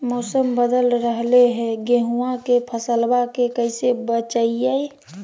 मौसम बदल रहलै है गेहूँआ के फसलबा के कैसे बचैये?